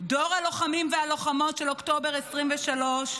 דור הלוחמים והלוחמות של אוקטובר 2023,